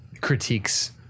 critiques